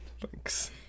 Thanks